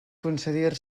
concedir